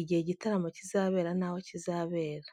igihe igitaramo kizabera n'aho kizabera.